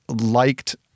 liked